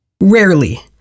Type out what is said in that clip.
Rarely